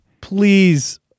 Please